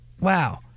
Wow